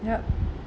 yup